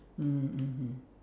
mm mmhmm